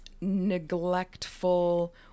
neglectful